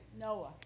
Noah